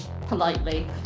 politely